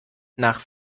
nach